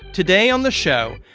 today on the show,